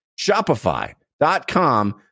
Shopify.com